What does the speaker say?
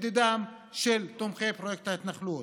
לדידם של תומכי פרויקט ההתנחלויות.